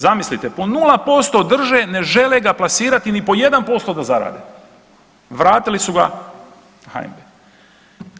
Zamislite po 0% drže, ne žele ga plasirati ni po 1% da zarade, vratili su ga HNB-u.